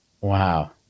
Wow